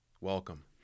welcome